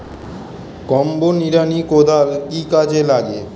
Combo নিড়ানি কোদাল কি কাজে লাগে?